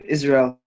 Israel